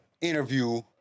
interview